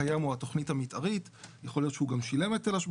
באמת הם ישלימו את תהליך